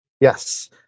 Yes